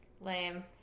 Lame